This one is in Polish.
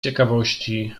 ciekawości